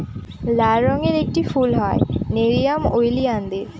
লাল রঙের একটি ফুল হয় নেরিয়াম ওলিয়ানদের